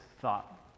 thought